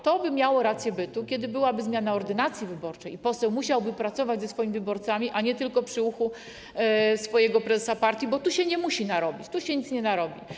To miałoby rację bytu, kiedy byłaby zmiana ordynacji wyborczej i poseł musiałby pracować ze swoimi wyborcami, a nie tylko przy uchu swojego prezesa partii, bo tu się nie musi narobić, nic się nie narobi.